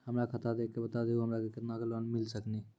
हमरा खाता देख के बता देहु हमरा के केतना के लोन मिल सकनी?